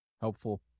helpful